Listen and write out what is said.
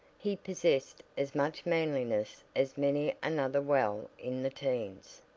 he possessed as much manliness as many another well in the teens.